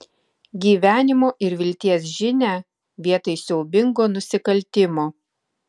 gyvenimo ir vilties žinią vietoj siaubingo nusikaltimo